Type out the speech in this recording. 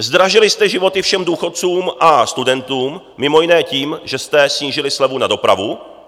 Zdražili jste životy všem důchodcům a studentům mimo jiné tím, že jste snížili slevu na dopravu.